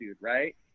right